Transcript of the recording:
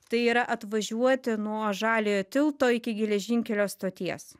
tai yra atvažiuoti nuo žaliojo tilto iki geležinkelio stoties